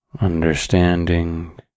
understanding